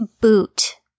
boot